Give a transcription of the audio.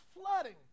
flooding